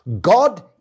God